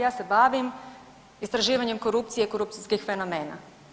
Ja se bavim istraživanjem korupcije, korupcijskih fenomena.